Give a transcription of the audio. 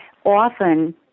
often